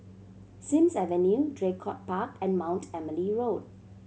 Sims Avenue Draycott Park and Mount Emily Road